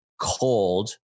cold